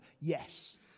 Yes